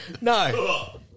no